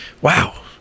Wow